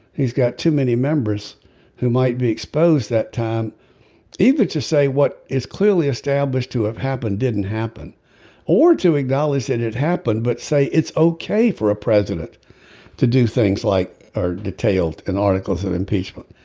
he's got too many members who might be exposed that time either to say what is clearly established to have happened didn't happen or to acknowledge that it happened but say it's okay for a president to do things like are detailed in articles of impeachment.